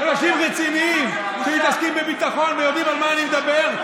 אנשים רציניים שמתעסקים בביטחון ויודעים על מה אני מדבר,